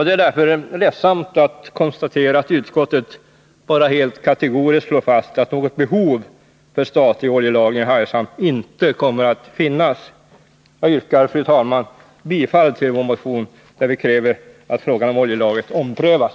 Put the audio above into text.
Det är därför ledsamt att konstatera att utskottet bara helt kategoriskt slår fast att något behov av statlig oljelagring i Hargshamn inte kommer att finnas. Jag yrkar, fru talman, bifall till vår motion, där vi kräver att frågan om oljelagret omprövas.